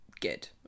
Good